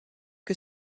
que